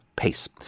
pace